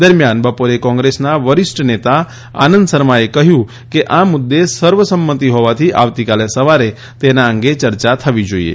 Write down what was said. દરમિયાન બપોરે કોંગ્રેસના વરિષ્ઠ નેતા આનંદ શર્માએ કહ્યું કે આ મુદ્દે સર્વસંમતિ હોવાથી આવતી કાલે સવારે તેના અંગે ચર્ચા થવી જોઈએ